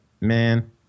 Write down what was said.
man